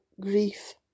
grief